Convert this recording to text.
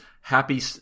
happy